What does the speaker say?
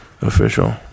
official